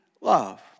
love